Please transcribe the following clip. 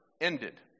ended